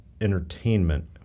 entertainment